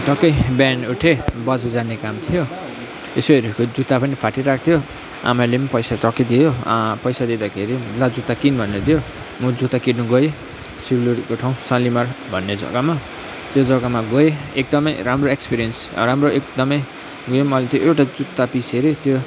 टक्कै बिहान उठेँ बजार जाने काम थियो यसो हेरेको जुत्ता पनि फाटिरहेको थियो आमाले पनि पैसा टक्कै दियो पैसा दिँदाखेरि ला जुत्ता किन् भनेर दियो म जुत्ता किन्नु गएँ सिलगढीको ठाउँ सालिमार भन्ने जग्गामा त्यो जग्गामा गएँ एकदमै राम्रो एक्सपिरियन्स राम्रो एकदमै उयो मैले त्यो एउटा जुत्ता पिस हेरेँ त्यो